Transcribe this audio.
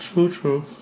true true